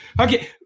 Okay